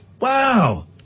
Wow